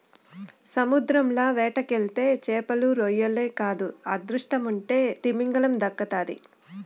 సముద్రంల వేటకెళ్తే చేపలు, రొయ్యలే కాదు అదృష్టముంటే తిమింగలం దక్కతాది